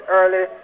early